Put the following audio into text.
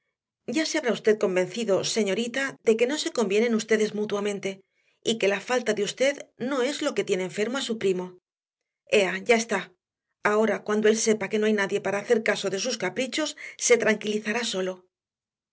ya se habrá usted convencido señorita de que no se convienen ustedes mutuamente y que la falta de usted no es lo que tiene enfermo a su primo ea ya está ahora cuando él sepa que no hay nadie para hacer caso de sus caprichos se tranquilizará solo